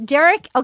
Derek